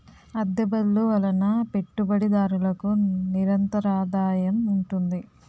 అద్దె బళ్ళు వలన పెట్టుబడిదారులకు నిరంతరాదాయం ఉంటుంది